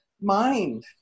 mind